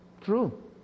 True